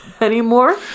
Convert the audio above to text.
anymore